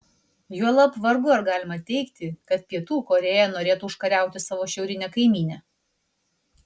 juolab vargu ar galima teigti kad pietų korėja norėtų užkariauti savo šiaurinę kaimynę